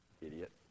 idiot